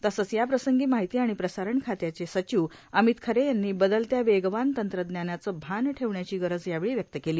तसंच याप्रसंगी माहिती आणि प्रसारण खात्याचे सचिव अमित खरे यांनी बदलत्या वेगवान तंत्रज्ञानाचं भान ठेवण्याची गरज यावेळी व्यक्त केली